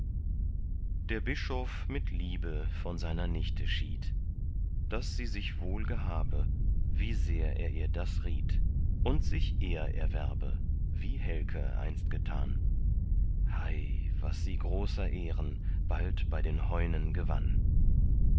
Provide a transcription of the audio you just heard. der bischof mit liebe von seiner nichte schied daß sie sich wohl gehabe wie sehr er ihr das riet und sich ehr erwerbe wie helke einst getan hei was sie großer ehren bald bei den heunen gewann